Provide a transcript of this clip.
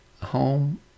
home